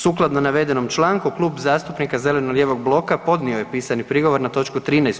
Sukladno navedenom članku Klub zastupnika zeleno-lijevog bloka podnio je pisani prigovor na točku 13.